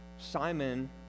Simon